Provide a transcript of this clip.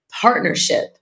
partnership